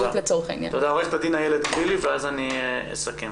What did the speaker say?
עו"ד איילת גלילי ואז אני אסכם.